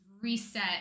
reset